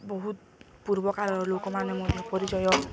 ବହୁତ ପୂର୍ବକାଳର ଲୋକମାନେ ମଧ୍ୟ ପରିଚୟ